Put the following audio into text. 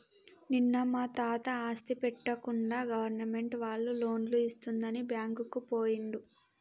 నిన్న మా తాత ఆస్తి పెట్టకుండా గవర్నమెంట్ వాళ్ళు లోన్లు ఇస్తుందని బ్యాంకుకు పోయిండు